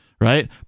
right